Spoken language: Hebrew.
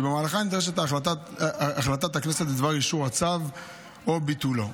שבמהלכה נדרשת החלטת הכנסת בדבר אישור הצו או ביטולו.